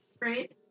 right